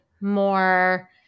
more